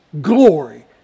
glory